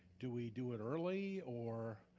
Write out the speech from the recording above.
do we do it early, or?